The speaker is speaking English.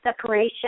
separation